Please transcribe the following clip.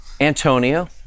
Antonio